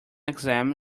exam